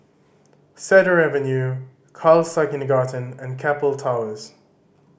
Cedar Avenue Khalsa Kindergarten and Keppel Towers